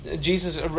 Jesus